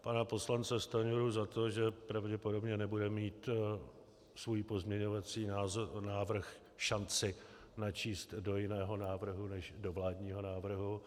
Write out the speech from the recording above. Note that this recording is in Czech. Pana poslance Stanjuru za to, že pravděpodobně nebude mít svůj pozměňovací návrh šanci načíst do jiného návrhu než do vládního návrhu.